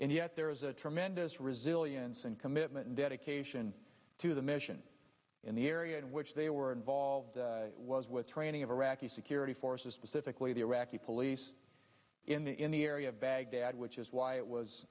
and yet there is a tremendous resilience and commitment dedication to the mission in the area in which they were involved it was with training of iraqi security forces specifically the iraqi police in the in the area of baghdad which is why it was